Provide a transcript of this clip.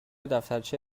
دفترچه